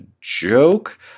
joke